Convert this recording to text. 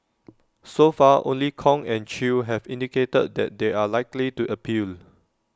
so far only Kong and chew have indicated that they are likely to appeal